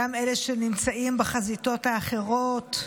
גם אלה שנמצאים בחזיתות האחרות,